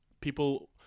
People